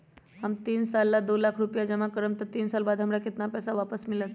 हम तीन साल ला दो लाख रूपैया जमा करम त तीन साल बाद हमरा केतना पैसा वापस मिलत?